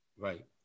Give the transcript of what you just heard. Right